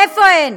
איפה הן?